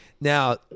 now